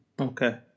Okay